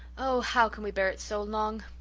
oh, how can we bear it so long?